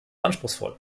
anspruchsvoll